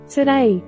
Today